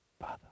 Father